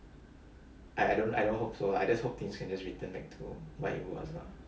I I don't I don't hope so I just hoping sinners return back to what it was